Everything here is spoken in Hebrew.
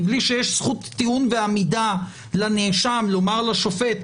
מבלי שיש זכות טיעון ועמידה לנאשם לומר לשופט?